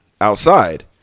outside